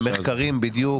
בדיוק.